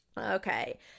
Okay